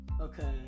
Okay